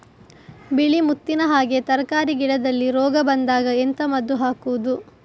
ಬಿಳಿ ಮುತ್ತಿನ ಹಾಗೆ ತರ್ಕಾರಿ ಗಿಡದಲ್ಲಿ ರೋಗ ಬಂದಾಗ ಎಂತ ಮದ್ದು ಹಾಕುವುದು?